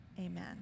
Amen